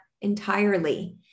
entirely